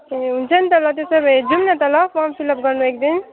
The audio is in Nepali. ए हुन्छ नि त ल त्यसो भए जाऔँ न त ल फर्म फिल अप गर्नु एकदिन